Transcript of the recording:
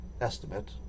estimate